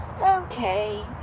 Okay